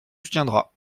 soutiendra